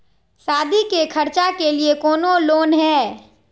सादी के खर्चा के लिए कौनो लोन है?